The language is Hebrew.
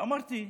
אמרתי,